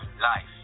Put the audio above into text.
life